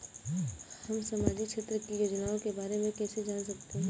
हम सामाजिक क्षेत्र की योजनाओं के बारे में कैसे जान सकते हैं?